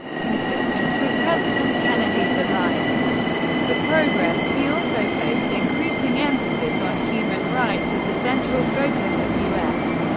consistent with president kennedy's alliance for progress, he also placed increasing emphasis on human rights as a central focus of u s.